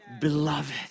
beloved